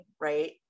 right